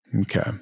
okay